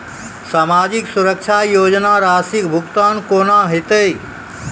समाजिक सुरक्षा योजना राशिक भुगतान कूना हेतै?